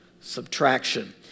subtraction